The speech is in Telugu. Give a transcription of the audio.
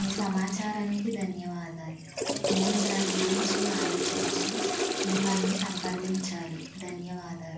మీ సమాచారానికి ధన్యవాదాలు నేను దాన్ని గురించి ఆలోచించి మిమ్మల్ని సంప్రదించాలి ధన్యవాదాలు